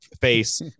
face